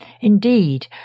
Indeed